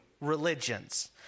religions